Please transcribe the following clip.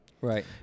Right